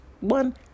One